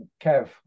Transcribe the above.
Kev